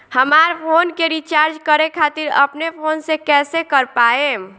हमार फोन के रीचार्ज करे खातिर अपने फोन से कैसे कर पाएम?